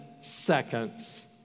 seconds